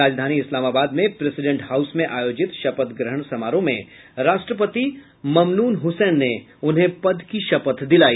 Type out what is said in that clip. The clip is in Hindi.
राजधानी इस्लामाबाद में प्रेसिडेंट हाउस में आयोजित शपथ ग्रहण समारोह में राष्ट्रपति ममनून हुसैन ने उन्हें पद की शपथ दिलाई